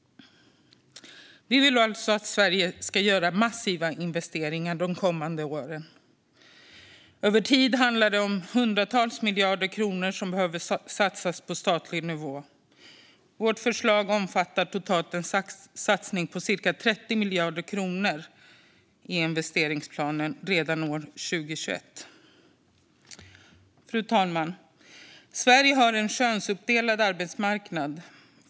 Vi vill alltså att Sverige ska göra massiva investeringar de kommande åren. Över tid handlar det om hundratals miljarder kronor som behöver satsas på statlig nivå. Vårt förslag omfattar totalt en satsning på cirka 30 miljarder kronor i investeringsplanen redan 2021. Fru talman! Sverige har en könsuppdelad arbetsmarknad.